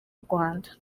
rwanda